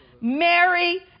Mary